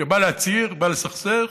שבא להצהיר, בא לסכסך,